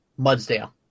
Mudsdale